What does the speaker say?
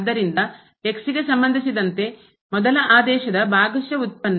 ಆದ್ದರಿಂದ x ಗೆ ಸಂಬಂಧಿಸಿದಂತೆ ಮೊದಲ ಆದೇಶದ ಭಾಗಶಃ ವ್ಯುತ್ಪನ್ನ